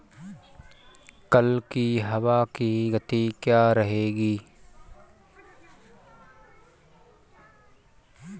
कल की हवा की गति क्या रहेगी?